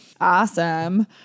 Awesome